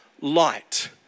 light